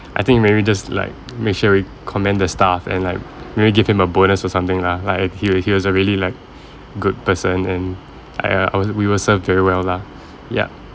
I think maybe just like we commend stuff and like maybe give him a bonus or something lah like he a he was a really like good person and !aiya! I was we were served very well lah yup